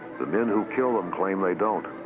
the men who kill them claim they don't,